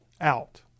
out